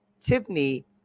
Tiffany